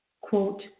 quote